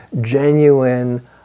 genuine